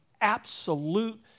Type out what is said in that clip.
absolute